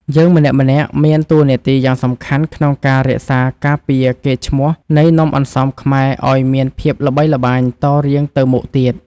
យើងម្នាក់ៗមានតួនាទីយ៉ាងសំខាន់ក្នុងការរក្សាការពារកេរ្តិ៍ឈ្មោះនៃនំអន្សមខ្មែរឱ្យមានភាពល្បីល្បាញតរៀងទៅមុខទៀត។